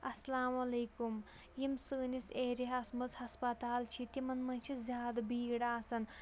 اَسَلامُ علیکُم یِم سٲنِس ایریاہَس منٛز ہَسپَتال چھِ تِمَن منٛز چھِ زیادٕ بھیٖڑ آسان